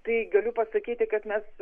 tai galiu pasakyti kad mes